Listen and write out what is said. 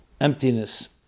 emptiness